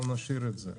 אבל נשאיר את זה.